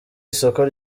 isoko